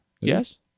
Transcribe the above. Yes